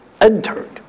entered